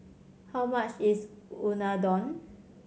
how much is Unadon